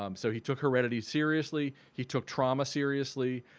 um so he took heredity seriously. he took trauma seriously.